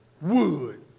wood